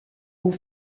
aux